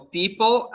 people